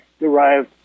derived